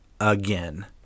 again